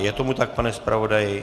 Je tomu tak, pane zpravodaji?